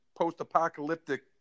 post-apocalyptic